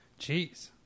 Jeez